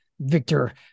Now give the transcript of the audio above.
Victor